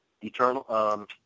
Eternal